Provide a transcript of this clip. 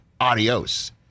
adios